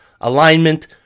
alignment